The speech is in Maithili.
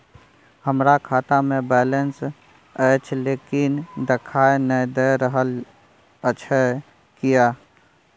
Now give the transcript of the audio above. हमरा खाता में बैलेंस अएछ लेकिन देखाई नय दे रहल अएछ, किये?